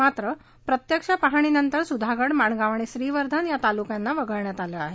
मात्र प्रत्यक्षस्थळ पाहणीनंतर सुधागडमाणगाव आणि श्रीवर्धन या तालुक्यांना वगळण्यात आले आहे